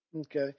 Okay